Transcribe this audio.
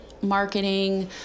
marketing